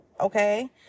Okay